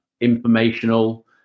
informational